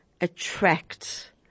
attract